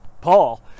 Paul